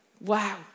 Wow